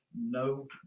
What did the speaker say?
no